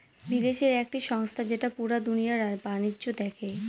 বিদেশের একটি সংস্থা যেটা পুরা দুনিয়ার বাণিজ্য দেখে